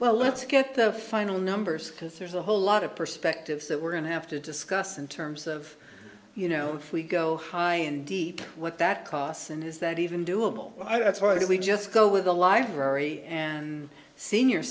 well let's get the final numbers because there's a whole lot of perspectives that we're going to have to discuss in terms of you know if we go high and deep what that costs and is that even doable well that's why do we just go with the library and senior